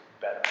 better